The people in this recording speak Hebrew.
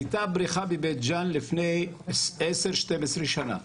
הייתה בריכה בבית ג'אן לפני 10-12 שנה,